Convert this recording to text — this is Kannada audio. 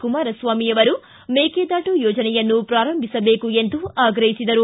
ಕುಮಾರಸ್ವಾಮಿ ಅವರು ಮೇಕೆದಾಟು ಯೋಜನೆಯನ್ನು ಪ್ರಾಂಭಿಸಬೇಕು ಎಂದು ಆಗ್ರಹಿಸಿದರು